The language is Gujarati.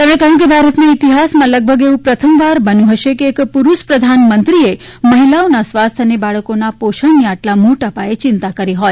તેમણે વધુમાં કહ્યું કે ભારતના ઈતિહાસમાં લગભગ એવુ પ્રથમવાર બન્યું હશે કે એક પુરૂષ પ્રધાનમંત્રીએ મહિલાઓના સ્વાસ્થ્ય અને બાળકોના પોષણની આટલા મોટાપાયે ચિંતા કરી હોય